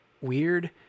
weird